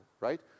right